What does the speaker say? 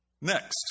Next